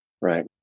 Right